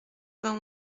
vingt